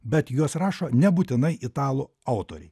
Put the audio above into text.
bet juos rašo nebūtinai italų autoriai